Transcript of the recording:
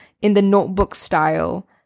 in-the-notebook-style